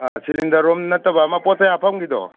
ꯁꯤꯂꯤꯟꯗꯔꯔꯣꯝ ꯅꯠꯇꯕ ꯑꯃ ꯄꯣꯠ ꯆꯩ ꯍꯥꯞꯐꯝꯒꯤꯗꯣ